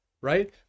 right